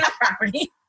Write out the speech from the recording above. property